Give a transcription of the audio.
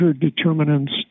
determinants